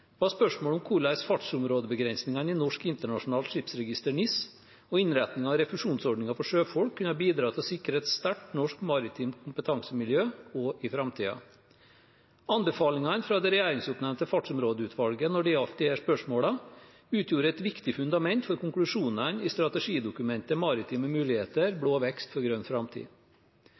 var spørsmålet om hvordan fartsområdebegrensningene i Norsk Internasjonalt Skipsregister, NIS, og innretningen av refusjonsordningen for sjøfolk kunne bidra til å sikre et sterkt norsk maritimt kompetansemiljø også i framtiden. Anbefalingene fra det regjeringsoppnevnte Fartsområdeutvalget når det gjaldt disse spørsmålene, utgjorde et viktig fundament for konklusjonene i strategidokumentet Maritime muligheter – blå vekst for grønn